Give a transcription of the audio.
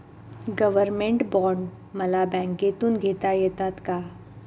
Government bond मला बँकेमधून घेता येतात का?